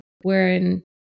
Wherein